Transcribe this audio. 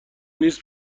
نیست